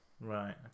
Right